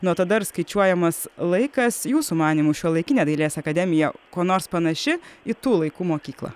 nuo tada ir skaičiuojamas laikas jūsų manymu šiuolaikinė dailės akademija kuo nors panaši į tų laikų mokyklą